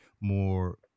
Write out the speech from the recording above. more